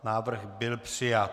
Návrh byl přijat.